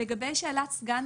לגבי שאלת סגן